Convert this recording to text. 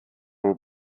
will